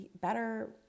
better